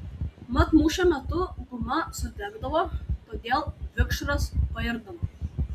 mat mūšio metu guma sudegdavo todėl vikšras pairdavo